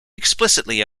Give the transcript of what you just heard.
explicitly